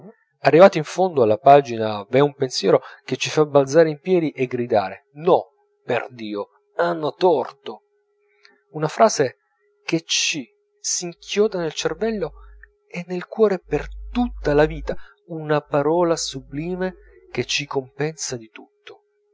arrivati in fondo alla pagina v'è un pensiero che ci fa balzare in piedi e gridare no per dio hanno torto una frase che ci s'inchioda nel cervello e nel cuore per tutta la vita una parola sublime che ci compensa di tutto